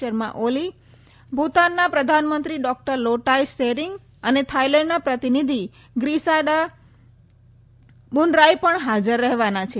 શર્મા ઓલી ભુતાનના પ્રધાનમંત્રી ડોકટર લોટાય ત્શેરીંગ અને થાઈલેન્ડના પ્રતિનિધિ ગ્રીસાડા બૂનરાય પણ હાજર રહેવાના છે